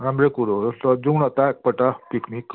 राम्रै कुरो हो ल जाउँ न त एकपल्ट पिकनिक